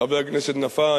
חבר הכנסת נפאע,